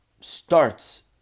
starts